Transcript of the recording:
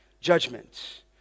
Judgment